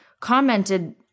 commented